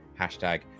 hashtag